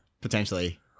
Potentially